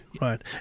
right